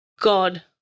God